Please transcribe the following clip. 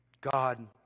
God